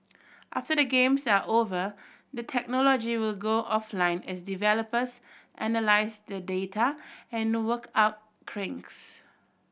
after the Games are over the technology will go offline as developers analyse the data and work out kinks